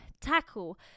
tackle